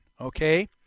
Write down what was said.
Okay